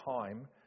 time